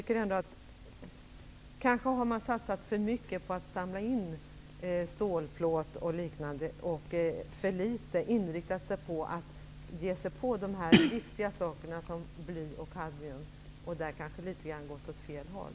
Kanske har man satsat för mycket på att samla in stålplåt och liknande produkter och för litet inriktat sig på giftiga saker som bly och kadmium och därmed gått åt fel håll.